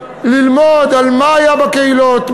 ללמוד מה היה בקהילות,